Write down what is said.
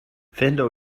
venlo